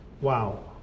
Wow